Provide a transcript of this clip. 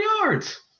yards